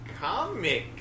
Comic